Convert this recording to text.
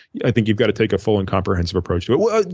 i think you've got to take a full and comprehensive approach to it.